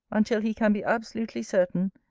until he can be absolutely certain,